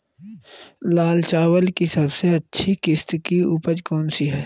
लाल चावल की सबसे अच्छी किश्त की उपज कौन सी है?